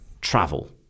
travel